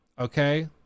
Okay